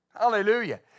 Hallelujah